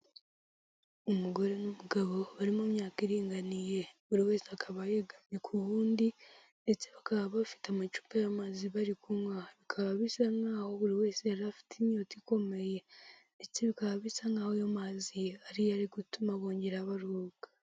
Umugore n'umugabo bari mu myaka iringaniye buri wese akaba yegamye ku wundi ndetse bakaba bafite amacupa y'amazi bari kunywa bikaba bisa nkaho buri wese yari afite inyota ikomeye ikindi bikaba bisa nk'aho ayo mazi ari yo ari gutuma bongera baruhuka.